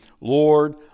Lord